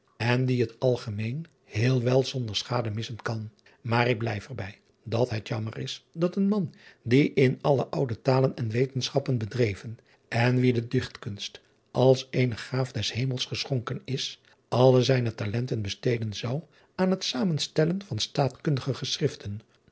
en die het algemeen heel wel zonder schade missen kan aar ik blijf er bij dat het jammer is dat een man die in alle oude talen en wetenschappen bedreven en wien de ichtkunst als eene gaaf des emels geschonken is alle zijne talenten besteden zou aan het zamenstellen van taatkundige eschriften